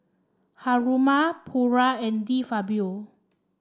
Haruma Pura and De Fabio